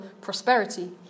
prosperity